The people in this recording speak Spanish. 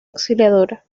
auxiliadora